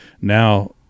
now